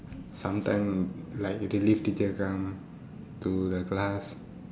sometime like relief teacher come to the class